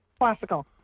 Classical